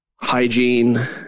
hygiene